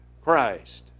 Christ